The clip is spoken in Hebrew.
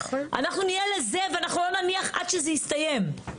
אנחנו נהיה לזה ואנחנו לא נניח עד שזה יסתיים.